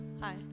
Hi